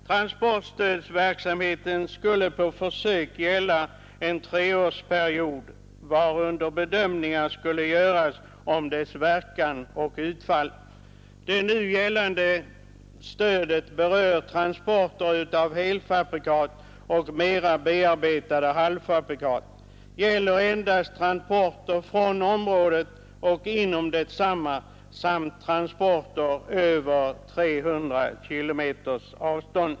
Transportstödsverksamheten skulle på försök gälla en treårsperiod, varunder bedömningar skulle göras av dess verkan och utfall. Det nu gällande stödet, som berör transporter av helfabrikat och mera bearbetade halvfabrikat, avser endast transporter från området och inom detsamma samt transporter utöver 300 kilometers avstånd.